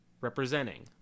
representing